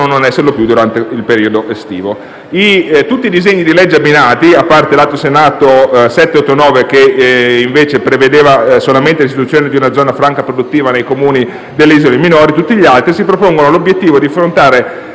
non esserlo durante il periodo estivo. Tutti i disegni di legge abbinati, a parte l'Atto Senato 789 che invece prevedeva soltanto l'istituzione di una zona franca produttiva nei Comuni delle isole minori, si propongono di affrontare